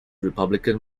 republican